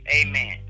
amen